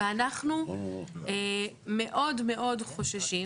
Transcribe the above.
ואנחנו מאוד מאוד חוששים.